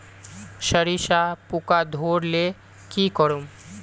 सरिसा पूका धोर ले की करूम?